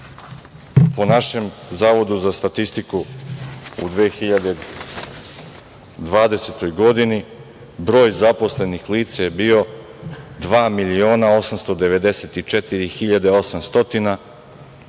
Po našem Zavodu za statistiku, u 2020. godini broj zaposlenih lica je bio 2.894.800,